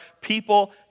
people